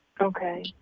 Okay